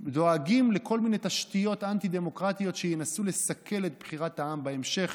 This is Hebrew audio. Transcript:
דואגים לכל מיני תשתיות אנטי-דמוקרטיות שינסו לסכל את בחירת העם בהמשך.